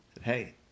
Hey